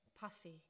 puffy